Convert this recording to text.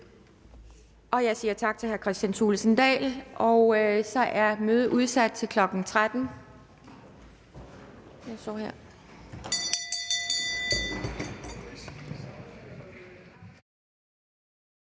Jeg siger tak til hr. Kristian Thulesen Dahl. Mødet er udsat til kl. 13.00.